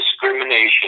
discrimination